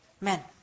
men